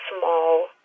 small